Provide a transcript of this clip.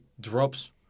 drops